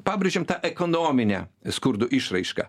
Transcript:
pabrėžiam tą ekonominę skurdo išraišką